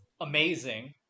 amazing